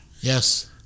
Yes